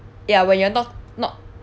ya when you're not not